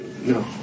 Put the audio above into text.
No